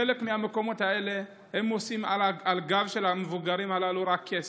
בחלק מהמקומות האלה הם רק עושים על הגב של המבוגרים האלה כסף.